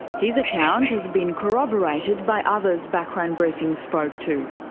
his account has been corroborated by others background briefing spoke to.